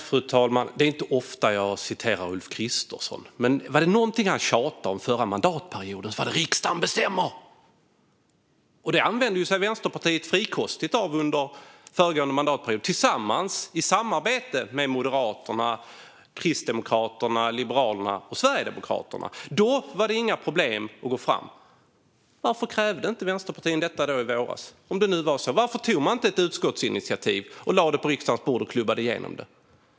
Fru talman! Det är inte ofta jag citerar Ulf Kristersson. Men var det någonting han tjatade om förra mandatperioden så var det att riksdagen bestämmer. Det använde Vänsterpartiet sig av frikostigt under föregående mandatperiod tillsammans med och i samarbete med Moderaterna, Kristdemokraterna, Liberalerna och Sverigedemokraterna. Då var det inte några problem att gå fram. Varför krävde inte Vänsterpartiet det i våras? Varför tog de inte ett utskottsinitiativ, lade fram förslaget på riksdagens bord och klubbade igenom det?